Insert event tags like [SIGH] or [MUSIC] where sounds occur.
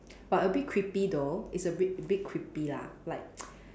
but a bit creepy though it's a bit bit creepy lah like [NOISE]